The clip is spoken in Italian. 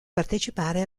partecipare